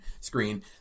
screen